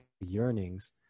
yearnings